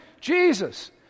Jesus